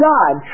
God